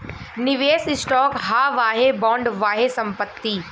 निवेस स्टॉक ह वाहे बॉन्ड, वाहे संपत्ति